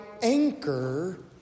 Anchor